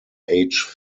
age